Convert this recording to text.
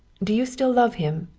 do you still love him?